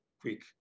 quick